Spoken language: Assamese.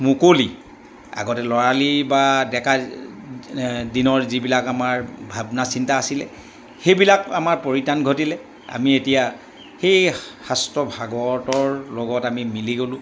মুকলি আগতে ল'ৰালি বা ডেকা দিনৰ যিবিলাক আমাৰ ভাৱনা চিন্তা আছিলে সেইবিলাক আমাৰ পৰিত্ৰাণ ঘটিলে আমি এতিয়া সেই শাস্ত্ৰভাগৰ লগত আমি মিলি গ'লোঁ